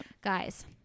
guys